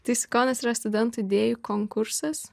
tai sikonas yra studentų idėjų konkursas